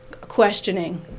questioning